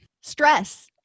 Stress